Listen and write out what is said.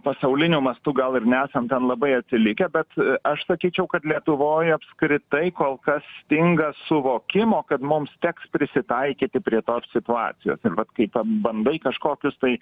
pasauliniu mastu gal ir nesam ten labai atsilikę bet aš sakyčiau kad lietuvoj apskritai kol kas stinga suvokimo kad mums teks prisitaikyti prie tos situacijos ir vat kai pabandai kažkokius tai